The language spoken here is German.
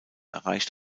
erreicht